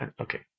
okay